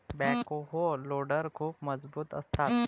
backhoe loader खूप मजबूत असतात